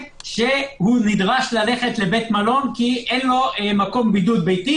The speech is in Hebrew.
והוא נדרש ללכת לבית מלון כי אין לו מקום בידוד ביתי,